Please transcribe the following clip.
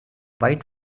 white